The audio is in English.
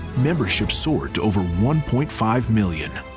membership soared to over one point five million,